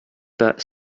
pas